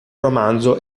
romanzo